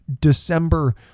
December